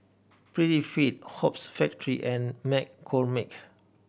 Prettyfit Hoops Factory and McCormick